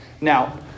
Now